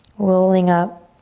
rolling up.